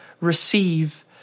receive